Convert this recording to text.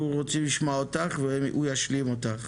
אנחנו רוצים לשמוע אותך, והוא ישלים אותך.